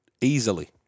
easily